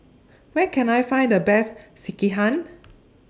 Where Can I Find The Best Sekihan